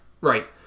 right